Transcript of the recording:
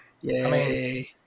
Yay